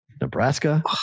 Nebraska